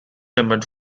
limit